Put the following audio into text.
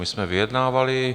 My jsme vyjednávali.